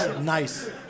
Nice